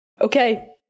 Okay